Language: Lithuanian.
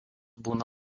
būna